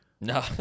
No